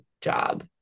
job